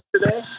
today